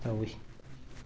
ꯇꯧꯋꯤ